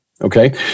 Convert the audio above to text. Okay